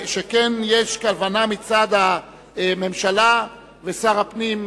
שכן יש כוונה מצד הממשלה ושר הפנים,